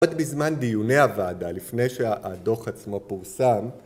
עוד בזמן דיוני הוועדה לפני שהדו"ח עצמו פורסם